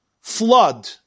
flood